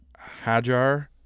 hajar